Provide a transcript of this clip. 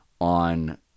on